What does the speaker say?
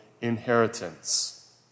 inheritance